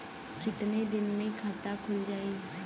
कितना दिन मे खाता खुल जाई?